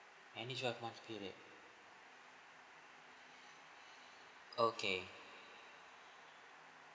any twelve month period okay